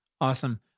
Awesome